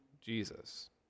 Jesus